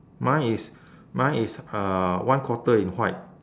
mine is mine is uh one quarter in white